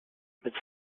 mit